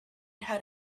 had